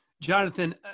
Jonathan